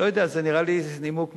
לא יודע, זה נראה לי נימוק מעניין,